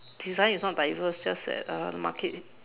design is not diverse is just that uh market